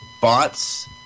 Bots